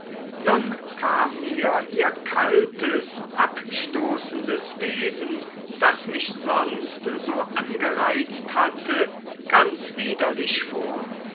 nun kam mir ihr kaltes abstoßendes wesen das mich sonst so angereizt hatte ganz widerlich vor